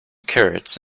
carrots